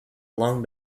long